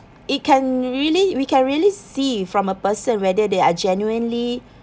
it can really we can really see from a person whether they are genuinely